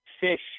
fish